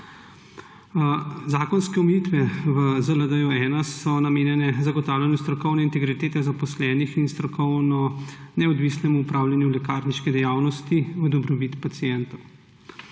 Zakonske omejitve v ZLD-1 so namenjene zagotavljanju strokovne integritete zaposlenih in strokovno neodvisnemu upravljanju lekarniške dejavnosti v dobrobit pacienta.